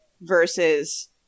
versus